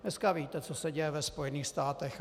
Dneska víte, co se děje ve Spojených státech.